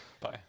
Bye